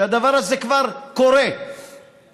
שהדבר הזה כבר קורה בהן,